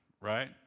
right